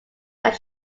that